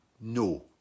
No